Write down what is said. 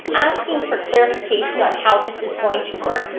asking for clarification on how this is going to work.